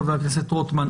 חבר הכנסת רוטמן,